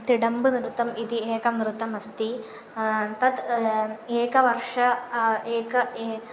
तिडम्बुनृत्यम् इति एकं नृत्यमस्ति तत् एकवर्षं एकम् ए